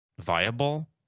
viable